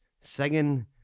singing